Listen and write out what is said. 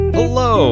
Hello